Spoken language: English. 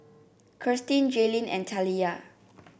Kirstin Jailyn and Taliyah